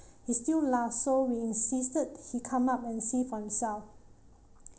he still laughed so we insisted he come up and see for himself